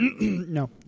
No